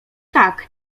tak